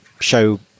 show